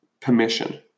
permission